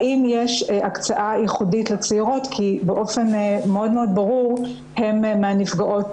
האם יש הקצאה ייחודית לצעירות כי באופן מאוד מאוד ברור הן מהנפגעות